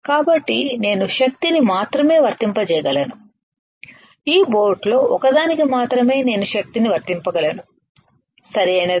కాబట్టి నేను శక్తిని మాత్రమే వర్తింపజేయగలను ఈ బోట్ లో ఒకదానికి మాత్రమే నేను శక్తిని వర్తించగలను సరియైనదా